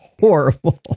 horrible